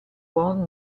buon